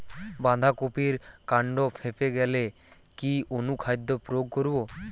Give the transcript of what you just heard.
বাঁধা কপির কান্ড ফেঁপে গেলে কি অনুখাদ্য প্রয়োগ করব?